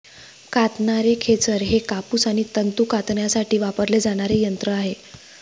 कातणारे खेचर हे कापूस आणि तंतू कातण्यासाठी वापरले जाणारे यंत्र आहे